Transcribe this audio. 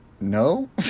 No